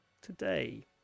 Today